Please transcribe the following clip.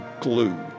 glue